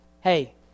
hey